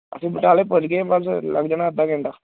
ਅਸੀਂ ਬਟਾਲੇ ਪਹੁੰਚ ਗਏ ਬਸ ਲੱਗ ਜਾਣਾ ਅੱਧਾ ਘੰਟਾ